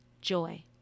joy